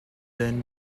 then